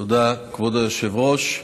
תודה, כבוד היושב-ראש.